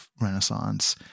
renaissance